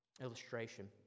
illustration